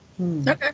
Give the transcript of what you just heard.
Okay